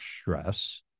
stress